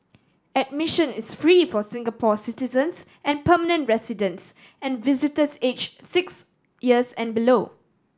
admission is free for Singapore citizens and permanent residents and visitors aged six years and below